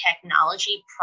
technology